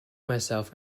myself